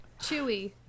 chewy